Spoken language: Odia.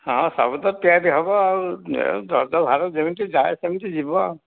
ହଁ ସବୁ ତ ପ୍ୟାକ୍ ହେବ ଆଉ ରଜ ଭାର ଯେମିତି ଯାଏ ସେମିତି ଯିବ